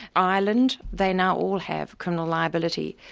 ireland they now all have criminal liability.